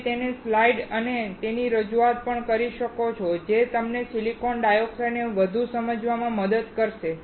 તમે તેની સ્લાઇડ્સ અને તેની રજૂઆત પણ જોઈ શકો છો જે તમને સિલિકોન ડાયોક્સાઇડને વધુ સમજવામાં પણ મદદ કરશે